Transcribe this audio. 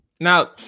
Now